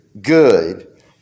good